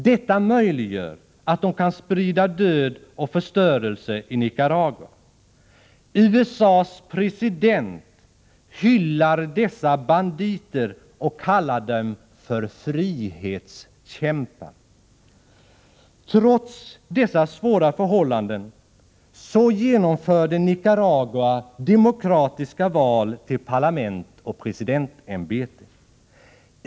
Detta möjliggör att de kan sprida död och förstörelse i Nicaragua. USA:s president hyllar dessa banditer och kallar dem för ”frihetskämpar”. Trots dessa svåra förhållanden genomförde Nicaragua demokratiska val till parlament och presidentämbete.